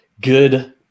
good